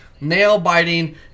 nail-biting